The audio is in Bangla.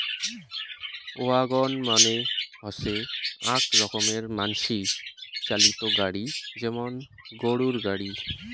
ওয়াগন মানে হসে আক রকমের মানসি চালিত গাড়ি যেমন গরুর গাড়ি